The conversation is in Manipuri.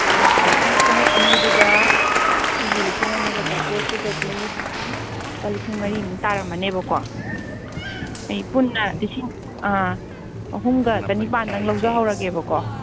ꯑꯗꯨ ꯉꯁꯥꯏꯒꯤ ꯈꯨꯉꯨꯛ ꯑꯅꯤꯗꯨꯒ ꯁꯤꯒꯤ ꯂꯤꯁꯤꯡ ꯑꯃꯒ ꯆꯥꯇ꯭ꯔꯦꯠ ꯁꯤꯒꯗꯤ ꯂꯨꯄꯥ ꯂꯤꯁꯤꯡ ꯃꯔꯤꯃꯨꯛ ꯇꯥꯔꯝꯃꯅꯦꯕꯀꯣ ꯑꯩ ꯄꯨꯟꯅ ꯂꯤꯁꯤꯡ ꯑꯥ ꯑꯍꯨꯝꯒ ꯆꯅꯤꯄꯥꯟꯗꯪ ꯂꯧꯖꯍꯧꯔꯒꯦꯕꯀꯣ